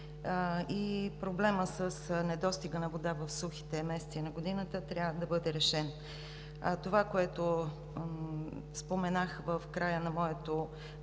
и проблемът с недостига на вода в сухите месеци на годината трябва да бъде решен. Това, което споменах в края на моя